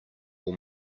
will